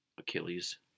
Achilles